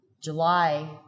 July